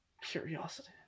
curiosity